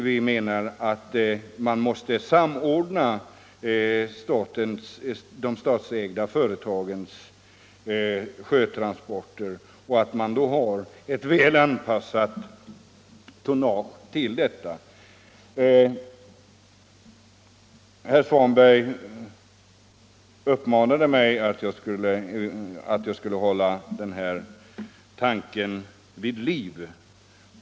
Vi menar att man måste samordna de statsägda företagens sjötransporter och ha ett väl anpassat tonnage till detta. Herr Svanberg uppmanade mig att hålla den här tanken vid liv.